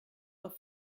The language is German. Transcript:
auf